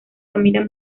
familia